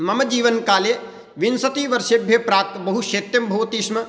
मम जीवनकाले विंशतिवर्षेभ्यः प्राक् बहुशैत्यं भवति स्म